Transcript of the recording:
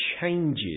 changes